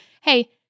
Hey